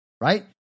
right